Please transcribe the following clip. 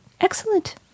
Excellent